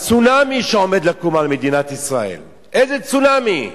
הצונאמי שעומד לקום על מדינת ישראל, איזה צונאמי?